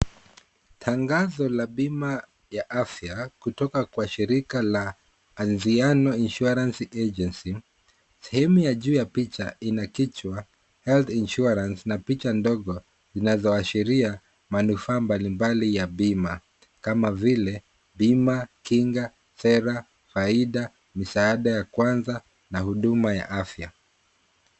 Tangazo la huduma ya afya kutoka kwa shirika la Anziano Insurance Agency. Sehemu ya juu ya picha ina kichwa Health Insurance na picha ndogo zinazoashiria manufaa mbalimbali ya bima kama vile bima, kinga, sera, faida, misaada ya kwanza na huduma ya afya.